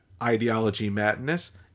ideologymadness